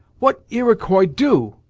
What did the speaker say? what iroquois do?